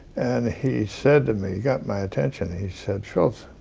and he said to me, he got my attention. he said, shultz,